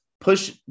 push